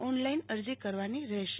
online અરજી કરવાની રહેશે